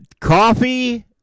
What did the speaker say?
coffee